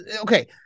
Okay